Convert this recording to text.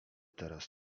teraz